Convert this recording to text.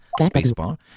spacebar